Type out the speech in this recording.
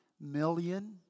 million